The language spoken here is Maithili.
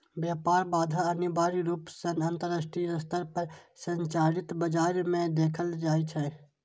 व्यापार बाधा अनिवार्य रूप सं अंतरराष्ट्रीय स्तर पर संचालित बाजार मे देखल जाइ छै